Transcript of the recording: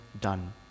done